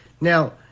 Now